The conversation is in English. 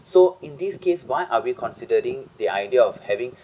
so in this case why are we considering the idea of having